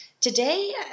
Today